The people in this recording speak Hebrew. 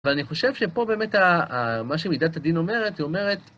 אבל אני חושב שפה באמת, מה שמידת הדין אומרת, היא אומרת...